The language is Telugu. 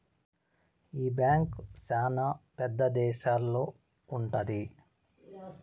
ఈ బ్యాంక్ శ్యానా పెద్ద దేశాల్లో ఉంటది